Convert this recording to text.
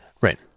right